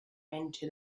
into